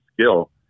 skill